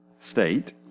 state